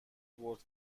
بٌرد